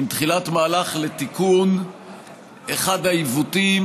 הם תחילת מהלך לתיקון אחד העיוותים